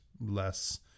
less